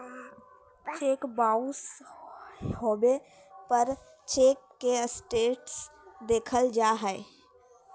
cheque bounce होबे पर cheque के स्टेटस देखल जा हइ